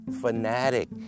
fanatic